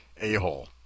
a-hole